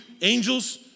angels